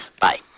Bye